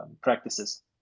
practices